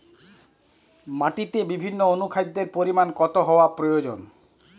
মাটিতে বিভিন্ন অনুখাদ্যের পরিমাণ কতটা হওয়া প্রয়োজন?